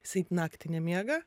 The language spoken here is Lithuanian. jisai naktį nemiega